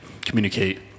Communicate